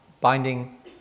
binding